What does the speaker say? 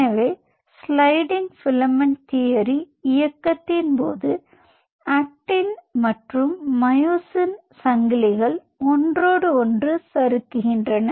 எனவே sliding filament இயக்கத்தின் போது ஆக்டின் மற்றும் மயோசின் சங்கிலிகள் ஒன்றோடொன்று சறுக்குகின்றன